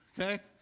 Okay